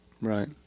Right